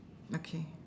okay